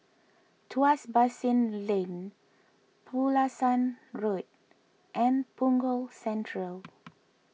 Tuas Basin Lane Pulasan Road and Punggol Central